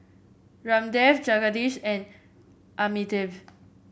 Ramdev Jagadish and Amitabh